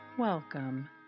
Welcome